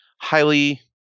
highly